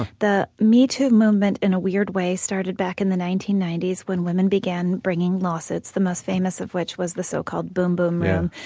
the metoo movement in a weird way started back in the nineteen ninety s when women began bringing lawsuits, the most famous of which was the so-called boom-boom room,